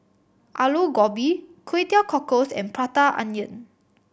Aloo Gobi Kway Teow Cockles and Prata Onion